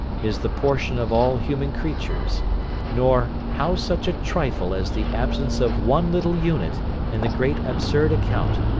is the portion of all human creatures nor, how such a trifle as the absence of one little unit in the great absurd account,